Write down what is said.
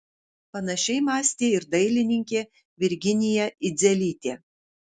panašiai mąstė ir dailininkė virginija idzelytė